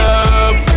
up